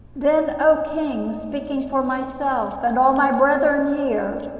then, o king, speaking for myself, and all my brethren here,